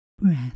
breath